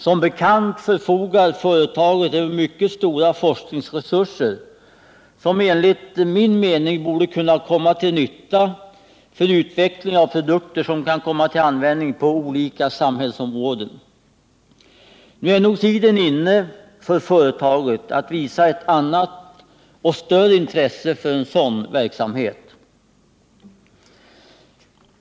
Som bekant förfogar företaget över mycket stora forskningsresurser, som enligt min mening borde kunna utnyttjas för utveckling av produkter som kan komma till användning på olika samhällsområden. Nu är nog tiden inne för företaget att visa ett annat och större intresse för en sådan verksamhet.